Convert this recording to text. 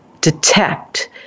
detect